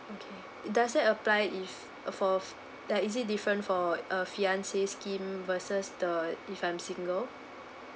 okay does it apply if for is it different for a fiancé scheme versus the if I'm single so